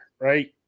right